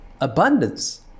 abundance